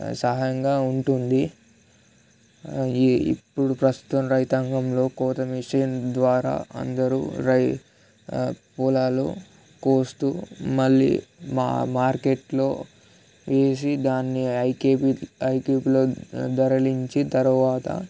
సహాయంగా ఉంటుంది ఈ ఇప్పుడు ప్రస్తుతం రైతాంగంలో కోత మెషిన్ ద్వారా అందరూ రై పొలాలు కోస్తూ మళ్ళీ మా మార్కెట్లో వేసి దాన్ని ఐకేపీ ఐకేపీలో తరలించి తరువాత